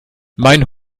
mein